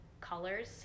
colors